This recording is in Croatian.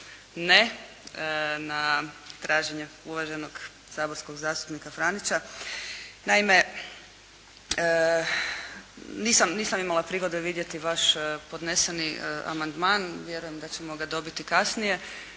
ne na traženje uvaženog saborskog zastupnika Franića. Naime, nisam imala prigode vidjeti vaš podneseni amandman, vjerujem da ćemo ga dobiti kasnije,